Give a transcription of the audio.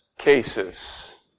Cases